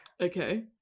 Okay